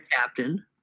captain